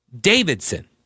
Davidson